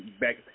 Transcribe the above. back